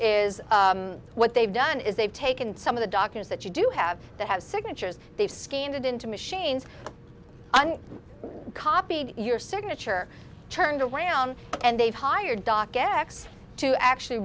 is what they've done is they've taken some of the doctors that you do have that have signatures they've scanned it into machines and copied your signature turned around and they've hired doc x to actually